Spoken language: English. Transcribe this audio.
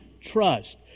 trust